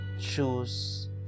choose